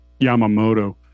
Yamamoto